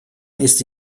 ist